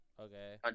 Okay